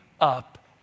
up